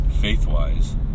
faith-wise